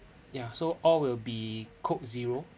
ya so all will be coke zero